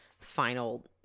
final